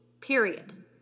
Period